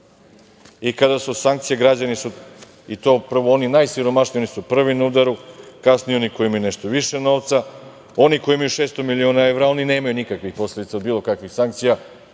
Kada su sankcije građani su, i to prvo oni najsiromašniji, oni su prvi na udaru, a kasnije oni koji imaju nešto više novca. Oni koji imaju 600 miliona evra, oni nemaju nikakvih posledica od bilo kakvih sankcija,